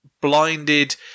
blinded